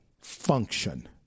function